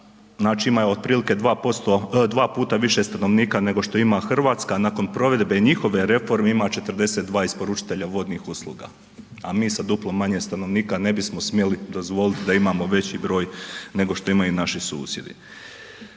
znači ima otprilike 2%, 2 puta više stanovnika nego što ima Hrvatska, nakon provedbe njihove reforme ima 42 isporučitelja vodnih usluga, a mi sa duplo manje stanovnika ne bismo smjeli dozvoliti da imamo veći broj nego što imaju naši susjedi.